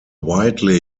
widely